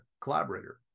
collaborator